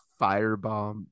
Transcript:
firebomb